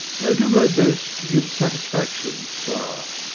i do my best to give satisfaction, sir.